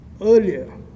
earlier